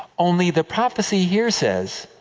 only, the prophecy here says,